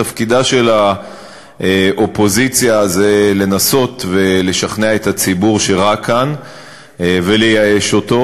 תפקידה של האופוזיציה זה לנסות לשכנע את הציבור שרע כאן ולייאש אותו.